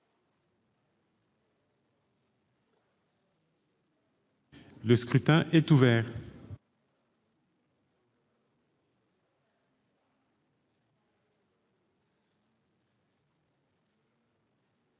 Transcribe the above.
Le scrutin est ouvert.